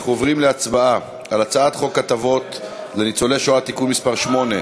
אנחנו עוברים להצבעה על הצעת חוק הטבות לניצולי שואה (תיקון מס' 8)